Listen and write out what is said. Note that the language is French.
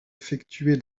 effectuée